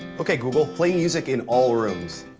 okay, google, play music in all rooms.